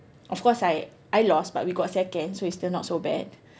of course I I lost but we got second so it's still not so bad